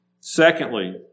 Secondly